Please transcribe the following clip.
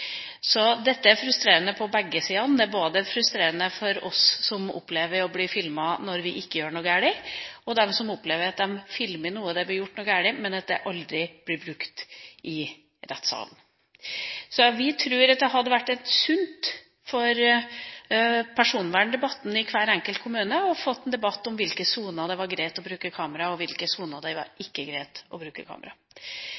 Så dette er frustrerende på begge sider – det er frustrerende både for oss som opplever å bli filmet når vi ikke gjør noe galt, og for dem som opplever at de filmer når det blir gjort noe galt, men at det aldri blir brukt i rettssalen. Vi tror det hadde vært sunt for personverndebatten i hver enkelt kommune å få en debatt om i hvilke soner det er greit å bruke kamera, og i hvilke soner